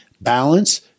balance